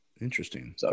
Interesting